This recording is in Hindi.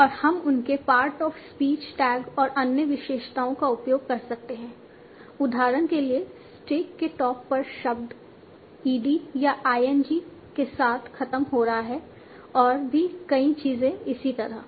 और हम उनके पार्ट ऑफ स्पीच टैग और अन्य विशेषताओं का उपयोग कर सकते हैं उदाहरण के लिए स्टैक के टॉप पर शब्द ed या ing के साथ खत्म हो रहा है और भी कई चीजें इसी तरह